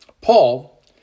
Paul